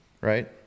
right